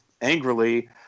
angrily